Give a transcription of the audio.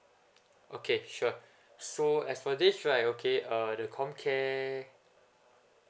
okay sure so as for this right okay err the comcare